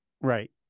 Right